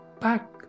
back